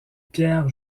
pierre